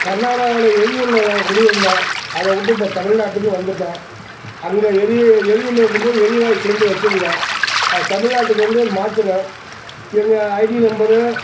கர்நாடகாவில் எரியூரில் நாங்கள் குடியிருந்தோம் அதை விட்டு இப்போ தமிழ்நாட்டுக்கு வந்துவிட்டோம் அங்கே எரியூ எரியூரில் இருக்கும் போது எரிவாய்வு சிலிண்டர் வச்சுருந்தோம் அது தமிழ்நாட்டுக்கு வந்து மாற்றணும் எங்கள் ஐடி நம்பரு